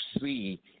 see